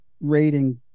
rating